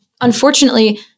unfortunately